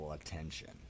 attention